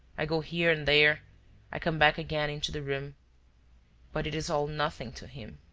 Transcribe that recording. i go here and there, i come back again into the room but it is all nothing to him.